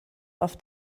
auf